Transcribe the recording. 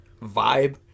vibe